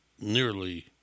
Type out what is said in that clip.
nearly